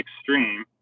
extreme